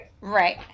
Right